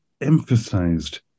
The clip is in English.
emphasized